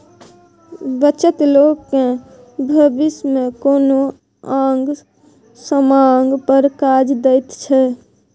बचत लोक केँ भबिस मे कोनो आंग समांग पर काज दैत छै